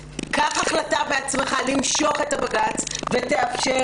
קח בעצמך החלטה למשוך את העתירה לבג"ץ ותאפשר